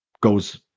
goes